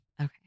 Okay